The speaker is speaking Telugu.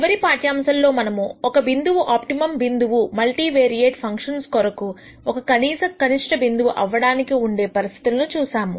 చివరి పాఠ్యాంశంలో మనము ఒక బిందువు ఆప్టిమమ్ బిందువు మల్టీవేరియేట్ ఫంక్షన్స్ కొరకు ఒక కనీస కనిష్ట బిందువు అవ్వడానికి ఉండే పరిస్థితులను చూసాము